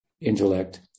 intellect